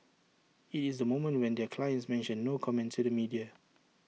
IT is the moment when their clients mention no comment to the media